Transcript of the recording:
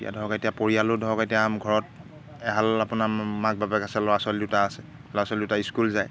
এতিয়া ধৰক এতিয়া পৰিয়ালো ধৰক এতিয়া ঘৰত এহাল আপোনাৰ মাক বাপেক আছে ল'ৰা ছোৱালী দুটা আছে ল'ৰা ছোৱালী দুটা স্কুল যায়